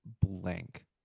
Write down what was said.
blank